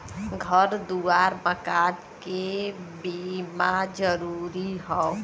घर दुआर मकान के बीमा जरूरी हौ